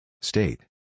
State